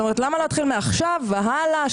למה לא להתחיל מעכשיו והלאה,